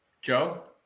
Joe